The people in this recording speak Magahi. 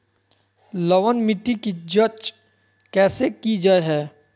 लवन मिट्टी की जच कैसे की जय है?